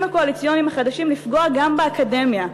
הקואליציוניים החדשים לפגוע גם באקדמיה,